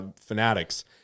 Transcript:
Fanatics